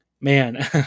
man